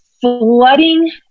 flooding